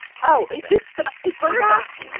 oh, is this the bird box?